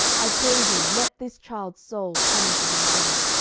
i pray thee, let this child's soul come into him again.